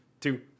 two